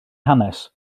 hanes